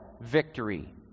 Victory